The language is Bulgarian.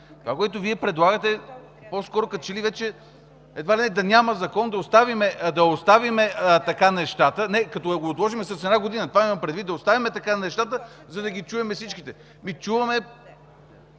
Това, което Вие предлагате, по-скоро е като че ли вече едва ли не да няма закон, да оставим така нещата, като го отложим с една година, това имам предвид. Да оставим така нещата, за да ги чуем всичките. Чуваме,